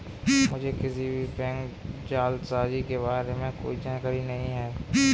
मुझें किसी भी बैंक जालसाजी के बारें में कोई जानकारी नहीं है